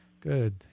Good